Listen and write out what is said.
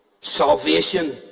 Salvation